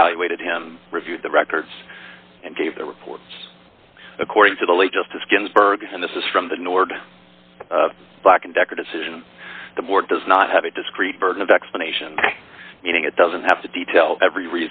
evaluated him reviewed the records and gave the reports according to the late justice ginsburg and this is from the nord black and decker decision the board does not have a discreet burden of explanation meaning it doesn't have to detail every